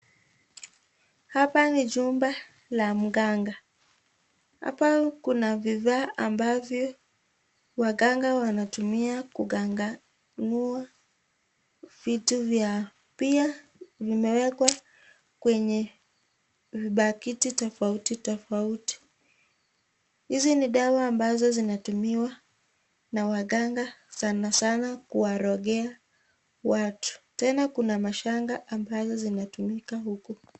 Hapa ni chumba la mganga. Hapa kuna vivaa ambavyo waganga wanatumia kugangamua vitu vya. Pia vimewekwa kwenye vibakiti tofauti tofauti. Hizi ni dawa ambazo zinatumiwa na waganga sana sana kuwarogea watu. Tena kuna mashanga ambazo zinatumika huko.